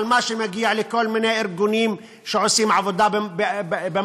על מה שמגיע לכל מיני ארגונים שעושים עבודה בחושך,